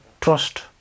trust